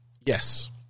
Yes